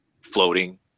floating